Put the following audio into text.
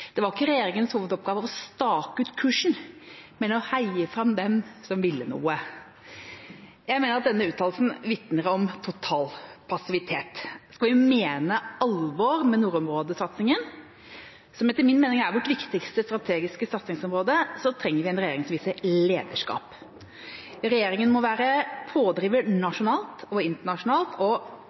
det ikke var regjeringas hovedoppgave å stake ut kursen, men å heie fram den som ville noe. Jeg mener at denne uttalelsen vitner om total passivitet. Skal vi mene alvor med nordområdesatsingen, som etter min mening er vårt viktigste strategiske satsingsområde, trenger vi en regjering som viser lederskap. Regjeringa må være en pådriver nasjonalt og internasjonalt, og